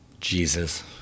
Jesus